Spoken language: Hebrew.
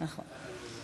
נכון.